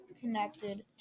connected